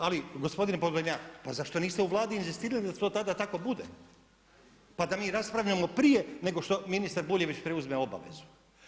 Ali gospodine Podoljnjak, pa zašto niste u Vladi inzistirali da to tada tako bude pa da mi raspravljamo prije nego što ministar Buljević preuzme obavezu.